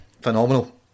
phenomenal